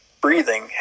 breathing